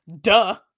Duh